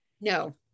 No